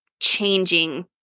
changing